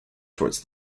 towards